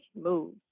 moves